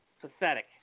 Pathetic